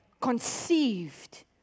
Conceived